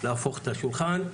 להפוך את השולחן,